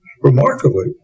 Remarkably